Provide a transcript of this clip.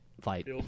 fight